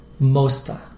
mosta